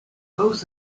both